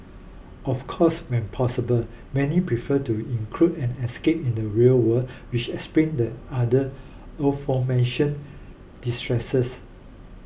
of course when possible many prefer to include an escape in the real world which explains the other aforementioned distresses